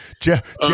Jeff